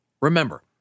Remember